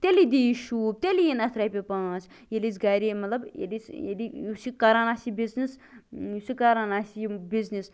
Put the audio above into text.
تیٚلی دِیہِ شوٗب تیٚلہِ یِنۍ اَتھ رۄپیہِ پانژھ ییٚلہِ أسۍ گرِے مطلب ییٚلہِ أسۍ ییٚلہِ یُس یہِ کران آسہِ یہِ بِزنِس یُس یہِ کران آسہِ یہِ بِزنِس